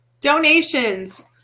Donations